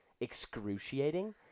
excruciating